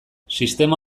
sistema